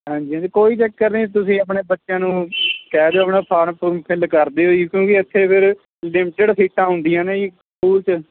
ਹਾਂਜੀ ਹਾਂਜੀ ਕੋਈ ਚੱਕਰ ਨਹੀਂ ਤੁਸੀਂ ਆਪਣੇ ਬੱਚਿਆਂ ਨੂੰ ਕਹਿ ਦਿਓ ਆਪਣਾ ਫਾਰਮ ਫੁਰਮ ਫਿੱਲ ਕਰ ਦਿਓ ਜੀ ਕਿਉਂਕਿ ਇੱਥੇ ਫਿਰ ਲਿਮਿਟਡ ਸੀਟਾਂ ਹੁੰਦੀਆਂ ਨੇ ਜੀ ਸਕੂਲ 'ਚ